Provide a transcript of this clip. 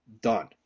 done